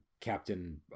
Captain